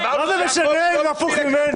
אמרנו שהכול --- מה זה משנה אם זה הפוך ממני.